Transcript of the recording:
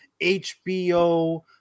HBO